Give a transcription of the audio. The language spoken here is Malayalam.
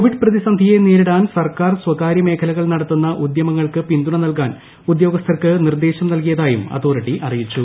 കോവിഡ് പ്രതിസന്ധിയെ നേരിടാൻ സർക്കാർ സ്വകാര്യ മേഖലകൾ നടത്തുന്ന ഉദ്യമങ്ങൾക്ക് പിന്തുണ നൽകാൻ ഉദ്യോഗസ്ഥർക്ക് നിർദ്ദേശം നൽകിയതായും അതോറിറ്റി ൽറിയിച്ചു